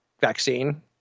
vaccine